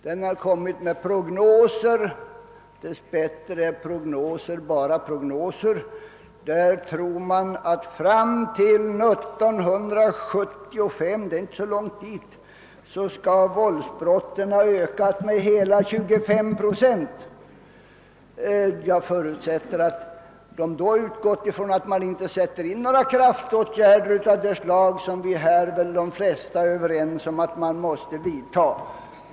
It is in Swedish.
Denna arbetsgrupp har framlagt prognoser, dessbättre endast prognoser, enligt vilka man räknar med att fram till 1975 — det är inte långt dit — skulle våldsbrotten öka med hela 25 procent. Jag förutsätter att utgångspunkten har varit, att man inte sätter in några kraftåtgärder av det slag som de flesta här väl är överens om att man måste vidta.